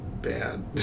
Bad